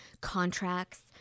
contracts